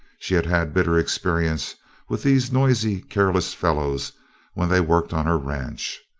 she had had bitter experience with these noisy, careless fellows when they worked on her ranch.